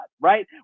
right